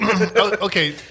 okay